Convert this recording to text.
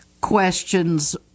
questions